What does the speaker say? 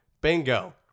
bingo